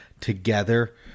together